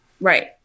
right